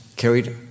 carried